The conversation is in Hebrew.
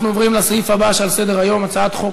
אנחנו עוברים לסעיף הבא שעל סדר-היום: הצעת חוק